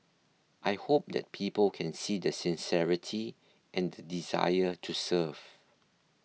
I hope that people can see the sincerity and the desire to serve